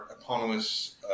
eponymous